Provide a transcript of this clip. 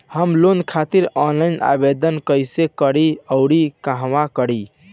हम लोन खातिर ऑफलाइन आवेदन कइसे करि अउर कहवा करी?